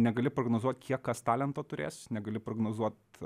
negali prognozuot kiek kas talento turės negali prognozuot